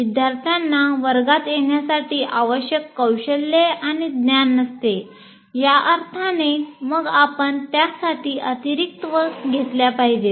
विद्यार्थ्यांना वर्गात येण्यासाठी आवश्यक कौशल्य आणि ज्ञान नसते या अर्थाने मग आपण त्यासाठी अतिरिक्त वर्ग घेतल्या पाहिजे